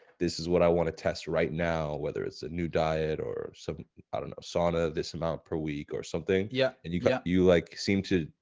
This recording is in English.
this is what i want to test right now whether it's a new diet or some i don't know sauna this amount per week or something. yeah. and you got you like seem to,